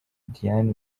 diana